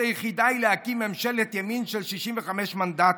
היחידה היא להקים ממשלת ימין של 65 מנדטים.